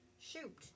shoot